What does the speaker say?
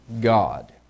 God